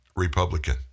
Republican